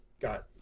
got